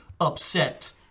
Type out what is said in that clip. upset